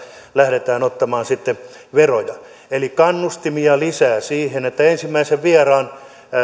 lähdetään ottamaan veroja eli lisää kannustimia siihen että ensimmäisen vieraan